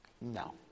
No